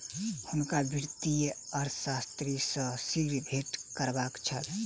हुनका वित्तीय अर्थशास्त्री सॅ शीघ्र भेंट करबाक छल